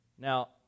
Now